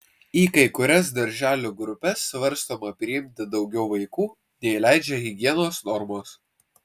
į kai kurias darželių grupes svarstoma priimti daugiau vaikų nei leidžia higienos normos